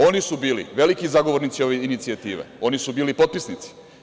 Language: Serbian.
Oni su bili veliki zagovornici ove inicijative, oni su bili potpisnici.